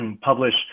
publish